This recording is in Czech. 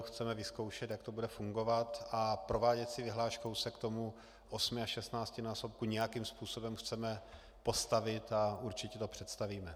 Chceme vyzkoušet, jak to bude fungovat, a prováděcí vyhláškou se k tomu osmi až šestnáctinásobku nějakým způsobem chceme postavit a určitě to představíme.